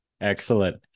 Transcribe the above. excellent